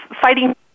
fighting